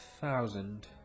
thousand